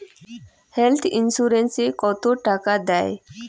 Health insurance ওত কত টাকা দেয়?